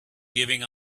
giving